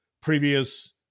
previous